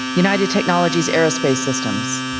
united technologies aerospace systems.